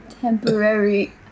temporary